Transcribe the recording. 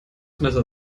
messer